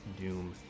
Doom